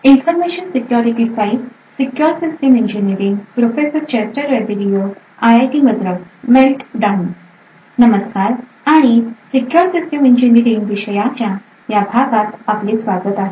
नमस्कार आणि secure system engineering विषयाच्या या भागात आपले स्वागत आहे